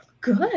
good